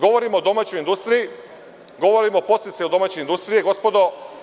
Govorim o domaćoj industriji, govori o podsticaju domaće industrije, gospodo.